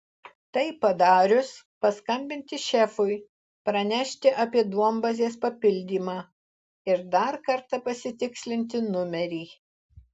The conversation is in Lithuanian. tai padarius paskambinti šefui pranešti apie duombazės papildymą ir dar kartą pasitikslinti numerį